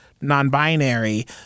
non-binary